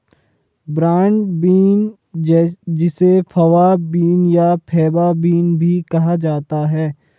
broad bean जिसे fava bean या faba bean भी कहा जाता है